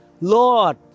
Lord